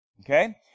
okay